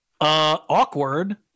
Awkward